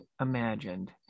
imagined